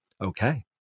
Okay